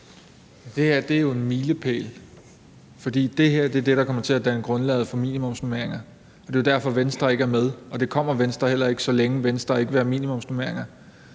Det her er jo en milepæl, for det er det her, der kommer til at danne grundlaget for minimumsnormeringer. Og det er jo derfor, at Venstre ikke er med, og det kommer Venstre heller ikke, så længe Venstre ikke vil have minimumsnormeringer.